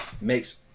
makes